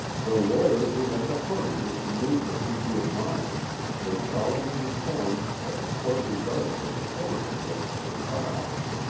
the lawyer who had the hardihood to move that he be admonished was solemnly informed that the court regarded the proposal with surprise.